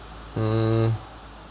mm